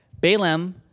Balaam